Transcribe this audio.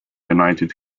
united